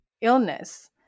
illness